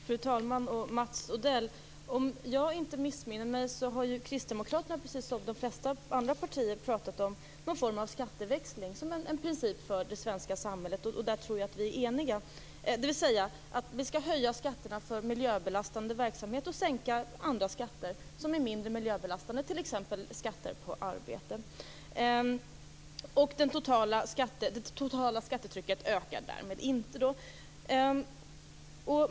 Fru talman! Mats Odell! Om jag inte missminner mig har Kristdemokraterna precis som de flesta andra partier pratat om någon form av skatteväxling som en princip för det svenska samhället. Där tror jag att vi är eniga. Vi skall höja skatterna för miljöbelastande verksamhet och sänka andra skatter som är mindre miljöbelastande, t.ex. skatter på arbete. Det totala skattetrycket ökar därmed inte.